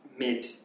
Mid